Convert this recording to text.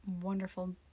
wonderful